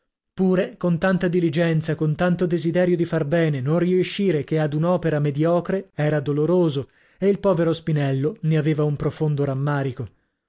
pure con tanta diligenza con tanto desiderio di far bene non riescire che ad un'opera mediocre era doloroso e il povero spinello ne aveva un profondo rammarico